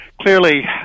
clearly